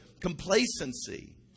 complacency